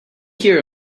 here